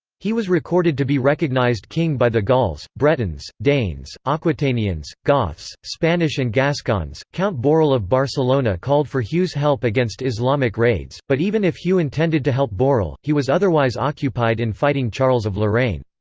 he was recorded to be recognised king by the gauls, bretons, danes, aquitanians, goths, spanish and gascons count borell of barcelona called for hugh's help against islamic raids, but even if hugh intended to help borell, he was otherwise occupied in fighting charles of lorraine.